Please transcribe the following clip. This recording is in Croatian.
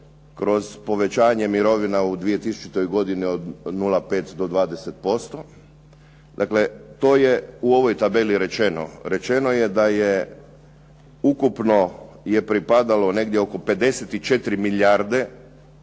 kroz povećanje mirovina u 2000. godini od 0,5 do 20%. Dakle, to je u ovoj tabeli rečeno. Rečeno je da je ukupno je pripadalo negdje oko 54 milijarde